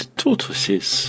tortoises